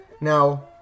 Now